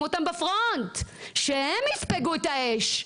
לשים אותם בפרונט, שהם יספגו את האש,